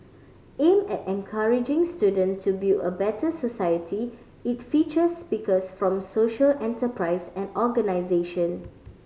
aimed at encouraging students to build a better society it features speakers from social enterprises and organisations